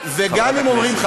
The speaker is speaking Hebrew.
וגם אם אומרים לך,